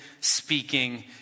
speaking